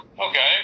Okay